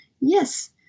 yes